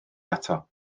ato